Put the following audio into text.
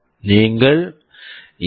நீங்கள் எஸ்